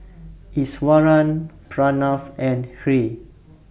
Iswaran Pranav and Hri